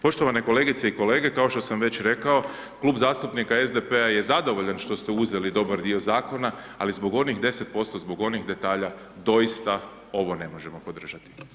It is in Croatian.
Poštovane kolegice i kolege, kao što sam već rekao, Klub zastupnika SDP-a je zadovoljan što ste uzeli dobar dio zakona, ali zbog onih 10% zbog onih detalja, doista ovo ne možemo podržati.